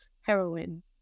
heroin